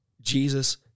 Jesus